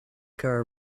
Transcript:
care